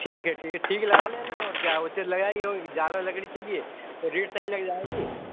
ठीक है ठीक है ठीक लगा लेना और क्या है वो चीज़ लगा ही होगी कि ज़्यादा लकड़ी चाहिए तो रेट सही लग जाएगा